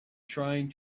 trying